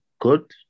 good